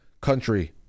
country